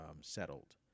settled